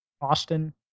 Austin